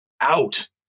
out